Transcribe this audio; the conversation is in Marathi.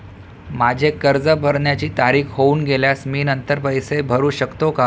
माझे कर्ज भरण्याची तारीख होऊन गेल्यास मी नंतर पैसे भरू शकतो का?